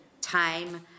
time